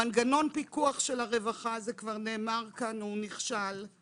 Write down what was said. מנגנון הפיקוח של הרווחה, כבר נאמר כאן, נכשל.